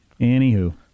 Anywho